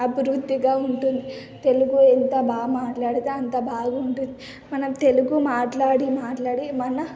అభివృద్ధిగా ఉంటుంది తెలుగు ఎంత బా గామాట్లాడితే అంత బాగుంటుంది మనం తెలుగు మాట్లాడి మాట్లాడి మన